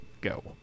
Go